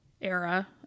era